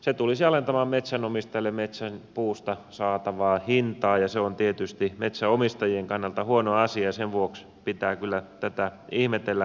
se tulisi alentamaan metsänomistajille metsän puusta saatavaa hintaa ja se on tietysti metsänomistajien kannalta huono asia ja sen vuoksi pitää kyllä tätä ihmetellä myös